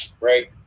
Right